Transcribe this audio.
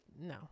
no